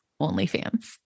OnlyFans